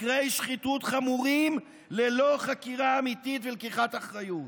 מקרי שחיתות חמורים ללא חקירה אמיתית ולקיחת אחריות,